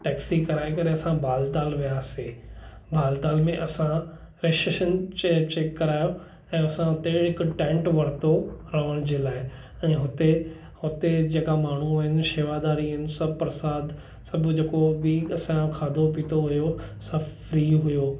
taxi कराए करे असां बालताल वियासीं बालताल में असां रजिस्ट्रेशन चैक करायो ऐं असां हुते हिकु टैंट वरितो रहण जे लाइ ऐं हुते हुते जेका माण्हू आहिनि शेवादारी आहिनि सभु प्रसाद सभु जेको बि असांजो खाधो पीतो हुओ सभु फ्री हुओ